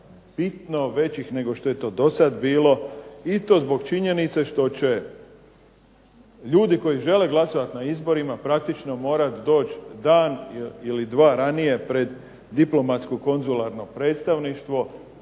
bitno većih nego što je to dosad bilo. I to zbog činjenice što će ljudi koji žele glasovati na izborima praktično morati doći dan ili dva ranije pred diplomatsko-konzularno predstavništvo,